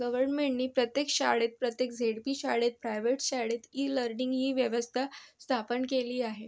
गव्हर्नमेंटनी प्रत्येक शाळेत प्रत्येक झेड पी शाळेत प्रायव्हेट शाळेत ई लर्निंग ही व्यवस्था स्थापन केली आहे